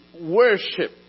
worship